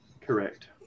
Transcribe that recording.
Correct